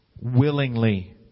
willingly